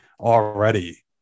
already